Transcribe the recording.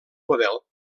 model